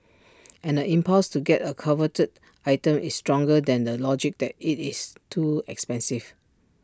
and the impulse to get A coveted item is stronger than the logic that IT is too expensive